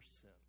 sin